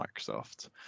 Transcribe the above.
Microsoft